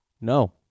No